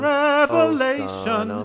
revelation